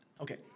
Okay